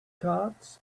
cards